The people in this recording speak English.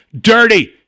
Dirty